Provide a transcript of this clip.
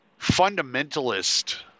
fundamentalist